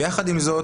יחד עם זאת,